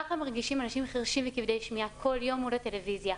כך מרגישים אנשים חירשים וכבדי שמיעה כל יום מול הטלויזיה.